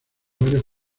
varios